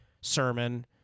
Sermon